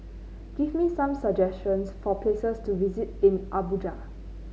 give me some suggestions for places to visit in Abuja